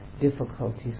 difficulties